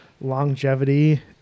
longevity